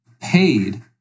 paid